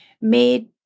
made